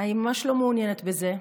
אני ממש לא מעוניינת בזה,